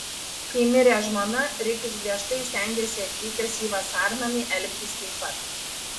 kai mirė žmona rikis griežtai stengėsi atvykęs į vasarnamį elgtis taip pat